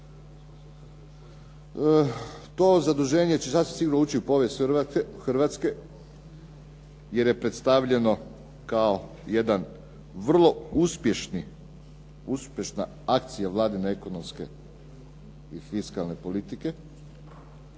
To zaduženje će sasvim sigurno ući u povijest Hrvatske jer je predstavljeno kao jedna vrlo uspješna akcija Vladine ekonomske i fiskalne politike.